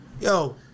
Yo